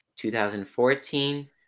2014